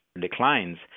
declines